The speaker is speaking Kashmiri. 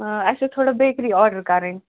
اَسہِ ٲس تھوڑا بیٚکری آرڈَر کَرٕنۍ